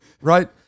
Right